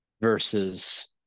versus